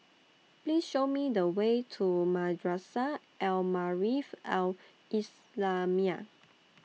Please Show Me The Way to Madrasah Al Maarif Al Islamiah